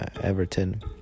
Everton